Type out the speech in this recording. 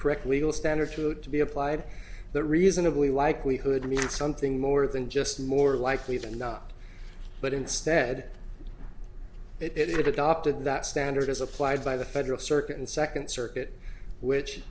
correct legal standard to it to be applied the reasonably likelihood mean something more than just more likely than not but instead it adopted that standard as applied by the federal circuit and second circuit which